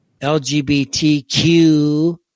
LGBTQ